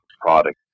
product